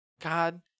God